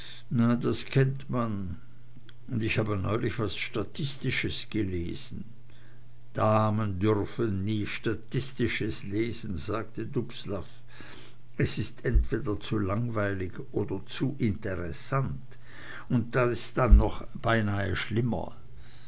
das kennt man ich habe neulich was statistisches gelesen damen dürfen nie statistisches lesen sagte dubslav es ist entweder zu langweilig oder zu interessant und das ist dann noch schlimmer